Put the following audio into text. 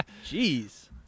jeez